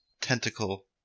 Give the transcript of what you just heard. tentacle